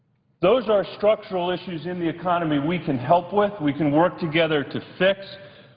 those are structural issues in the economy we can help with, we can work together to fix,